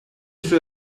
sue